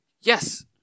Yes